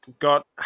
got